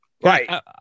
Right